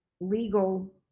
legal